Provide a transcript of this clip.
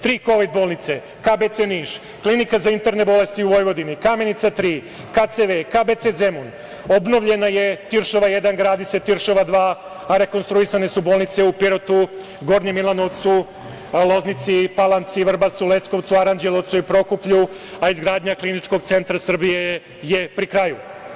Tri kovid bolnice, KBC Niš, Klinika za interne bolesti u Vojvodini, Kamenica 3, KCV, KBC Zemun, obnovljena je Tiršova 1, gradi se Tiršova 2, a rekonstruisane su bolnice u Pirotu, Gornjem Milanovcu, Loznici, Palanci, Vrbasu, Leskovcu, Aranđelovcu, Prokuplju, a izgradnja Kliničkog centra Srbije je pri kraju.